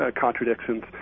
contradictions